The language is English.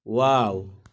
wow